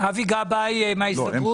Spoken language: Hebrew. אבי גבאי, ההסתדרות.